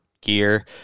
gear